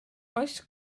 oes